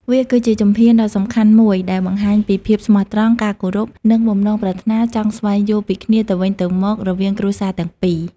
វាគឺជាជំហានដ៏សំខាន់មួយដែលបង្ហាញពីភាពស្មោះត្រង់ ការគោរព និងបំណងប្រាថ្នាចង់ស្វែងយល់ពីគ្នាទៅវិញទៅមករវាងគ្រួសារទាំងពីរ។